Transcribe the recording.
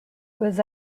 was